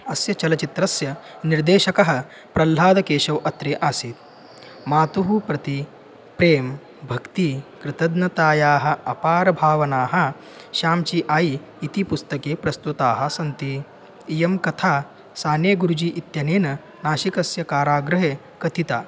अस्य चलच्चित्रस्य निर्देशकः प्रह्ल्लादकेशौ अत्रे आसीत् मातुः प्रति प्रेम भक्तिः कृतज्ञतायाः अपारभावनाः शांचि आयी इति पुस्तके प्रस्तुताः सन्ति इयं कथा साने गुरुजी इत्यनेन नाशिकस्य कारागृहे कथिता